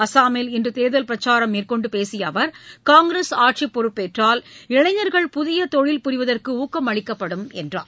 அஸ்ஸாமில் இன்றுதேர்தல் பிரச்சாரம் மேற்கொண்டுபேசியஅவர் காங்கிரஸ் ஆட்சிப் பொறுப்பேற்றால் இளைஞர்கள் புதியதொழில் புரிவதற்குஊக்கம் அளிக்கப்படும் என்றார்